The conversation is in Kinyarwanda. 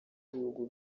y’ibihugu